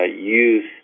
use